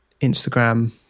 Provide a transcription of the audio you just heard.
Instagram